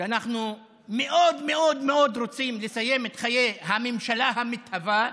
אנחנו מאוד מאוד מאוד רוצים לסיים את חיי הממשלה המתהווה,